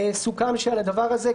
סוכם שעל הדבר הזה,